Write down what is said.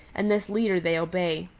and this leader they obey.